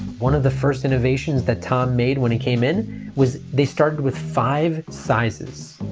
one of the first innovations that tom made when he came in was they started with five sizes.